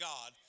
God